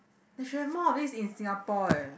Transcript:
they should have more of this in Singapore eh